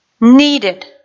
needed